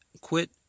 quit